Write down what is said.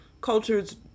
cultures